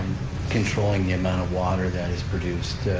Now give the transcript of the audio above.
controlling the amount of water that is produced